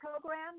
program